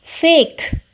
fake